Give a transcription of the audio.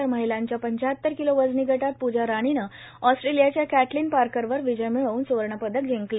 तर महिलांच्या पंच्याहतर किलो वजनी गटात प्जा राणीनं ऑस्ट्रेलियाच्या कॅटलिन पार्करवर विजय मिळव्न स्वर्णपदक जिंकलं